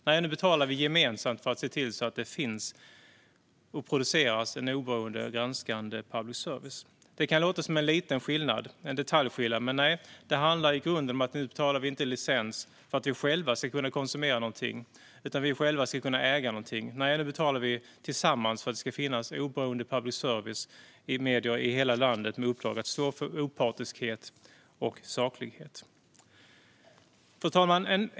Nej, nu betalar vi gemensamt för att se till att det finns och produceras en oberoende, granskande public service. Det kan låta som en liten skillnad - en detaljskillnad. Men det handlar i grunden om att vi nu inte betalar licens för att vi själva ska kunna konsumera eller äga någonting. Nu betalar vi i stället tillsammans för att det ska finnas en oberoende public service i medier i landet med uppdrag att stå för opartiskhet och saklighet. Fru talman!